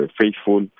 faithful